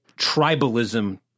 tribalism